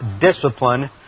discipline